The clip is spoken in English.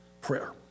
prayer